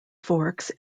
forks